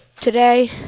Today